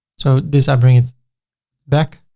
so this, i bring it back.